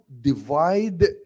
divide